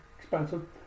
expensive